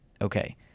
okay